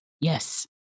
Yes